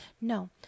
No